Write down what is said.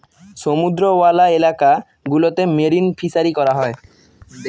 সমুদ্রওয়ালা এলাকা গুলোতে মেরিন ফিসারী করা হয়